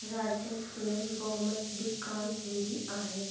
राज्य में बहुमत बि कोन्ह हूंदी आहे